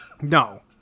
No